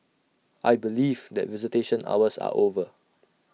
I believe that visitation hours are over